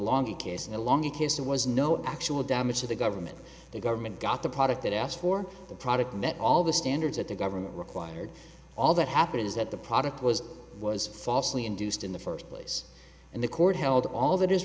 along of his there was no actual damage to the government the government got the product it asked for the product met all the standards that the government required all that happened is that the product was was falsely induced in the first place and the court held all that is